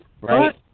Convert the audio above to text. right